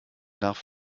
darf